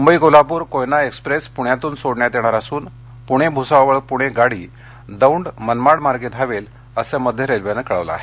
Mumbai Kolhapur Koyna express पूण्यातून सोडण्यात येणार असून पूणे भूसावळ पूणे गाडी दोंड मनमाडमार्गे धावेल असं मध्य रेल्वेनं कळवलं आहे